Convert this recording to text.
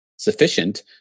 sufficient